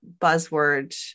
buzzword